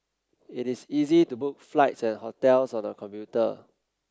it is easy to book flights and hotels on the computer